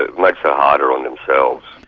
it like so harder on themselves.